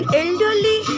elderly